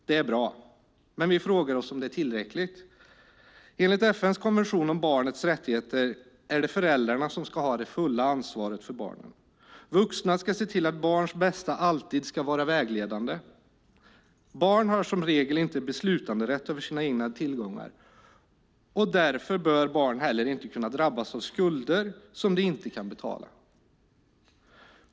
Det är bra, men vi frågar oss om det är tillräckligt. Enligt FN:s konvention om barnets rättigheter är det föräldrarna som ska ha det fulla ansvaret för barnen. Vuxna ska se till att barnens bästa alltid ska vara vägledande. Barn har som regel inte beslutanderätt över sina egna tillgångar, och därför bör barn heller inte kunna drabbas av skulder som de inte kan betala.